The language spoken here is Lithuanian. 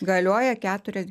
galioja keturia